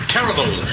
Terrible